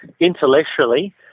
intellectually